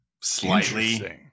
slightly